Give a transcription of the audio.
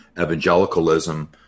evangelicalism